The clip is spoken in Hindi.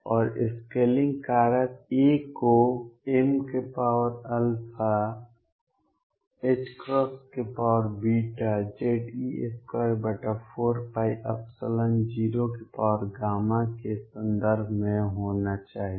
और स्केलिंग कारक a को mZe24π0 के संदर्भ में होना चाहिए